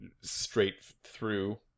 straight-through